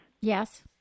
Yes